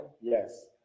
Yes